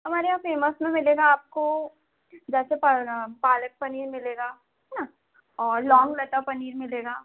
हमारे यहाँ फेमस में मिलेगा आपको जैसे पर पालक पनीर मिलेगा है न और लौंगलता पनीर मिलेगा